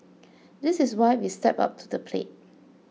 this is why we've stepped up to the plate